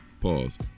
Pause